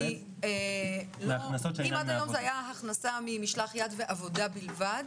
אם עד היום זה היה הכנסה ממשלח יד ועבודה בלבד,